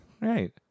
Right